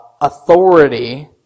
authority